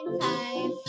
five